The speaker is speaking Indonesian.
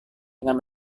dengan